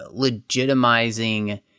legitimizing